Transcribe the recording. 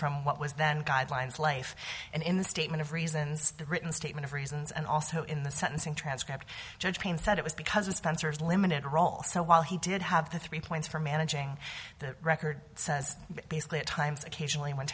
from what was then guidelines life and in the statement of reasons the written statement of reasons and also in the sentencing transcript judge payne said it was because it sponsors limited role so while he did have the three points for managing the record says basically at times occasionally when